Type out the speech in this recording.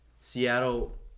Seattle